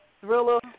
thriller